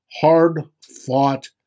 hard-fought